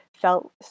felt